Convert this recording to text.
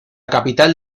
capital